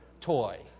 toy